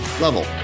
level